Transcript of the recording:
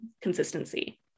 consistency